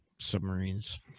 submarines